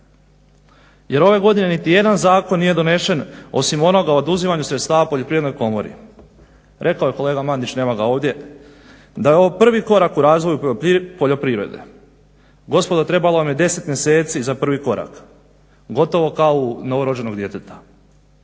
Jer ove godine nitijedan zakon nije donesen osim onoga o oduzimanju sredstava Poljoprivrednoj komori. Rekao je kolega Mandić, nema ga ovdje, da je ovo prvi korak u razvoju poljoprivrede. Gospodo trebalo vam je 10 mjeseci za prvi korak. Gotovo kao u novorođenog djeteta.